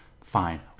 fine